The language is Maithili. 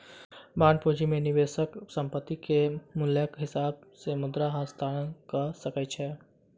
बांड पूंजी में निवेशक संपत्ति के मूल्यक हिसाब से मुद्रा हस्तांतरण कअ सकै छै